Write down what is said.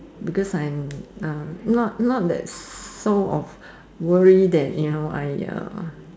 because I'm uh not not that so of worry that you know I uh